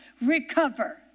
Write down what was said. recover